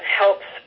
helps